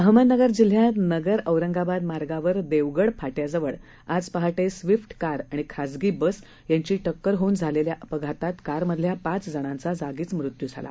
अहमदनगर जिल्ह्यात नगर औरंगाबाद मार्गावर दक्षिड फाट्याजवळ आज पहाटक्विफ्ट कार आणि खाजगी बस यांची टक्कर होऊन झालख्वि अपघातात कारमधल्या पाच जणांचा जागीच मृत्यू झाला